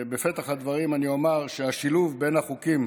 בפתח הדברים אני אומר שהשילוב בין החוקים